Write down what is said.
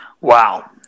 Wow